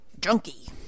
Junkie